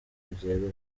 byeruye